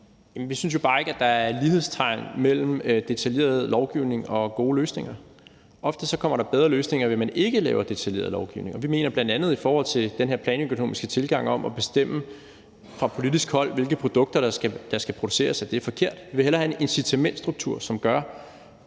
vi synes jo bare ikke, at der er lighedstegn imellem detaljeret lovgivning og gode løsninger. Ofte kommer der bedre løsninger, ved at man ikke laver detaljeret lovgivning. Vi mener bl.a., at den her planøkonomiske tilgang om at ville bestemme fra politisk hold, hvilke produkter der skal produceres, er forkert. Vi vil hellere have en incitamentsstruktur, som gør,